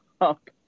up